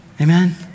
Amen